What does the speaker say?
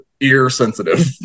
ear-sensitive